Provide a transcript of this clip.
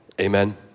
Amen